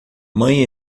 mãe